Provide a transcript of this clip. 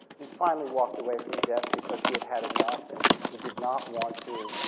he finally walked away from the desk because he had had enough and he he did not want to,